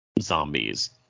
zombies